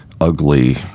ugly